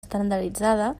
estandarditzada